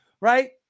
Right